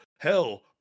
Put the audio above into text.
Hell